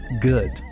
good